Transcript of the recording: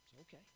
Okay